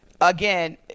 again